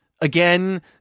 again